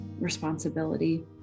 responsibility